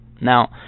Now